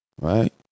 Right